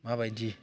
माबायदि